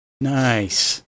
Nice